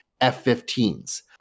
F-15s